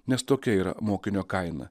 nes tokia yra mokinio kaina